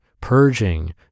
purging